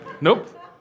Nope